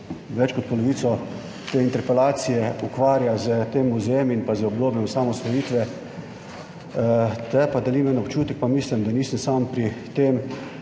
več kot polovico te interpelacije ukvarja s tem muzejem in z obdobjem osamosvojitve, tu pa delim en občutek in mislim, da nisem sam,